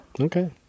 Okay